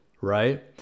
right